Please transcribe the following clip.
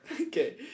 Okay